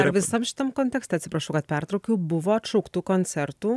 ar visam šitam kontekste atsiprašau kad pertraukiau buvo atšauktų koncertų